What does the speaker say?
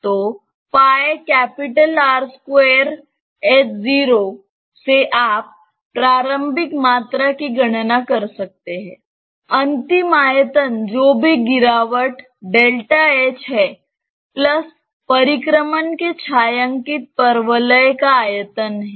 तो से आप प्रारंभिक मात्रा की गणना कर सकते हैं अंतिम आयतन जो भी गिरावट h है प्लस परिक्रमण के छायांकित परवलय का आयतन है